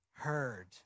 heard